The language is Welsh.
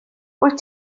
wyt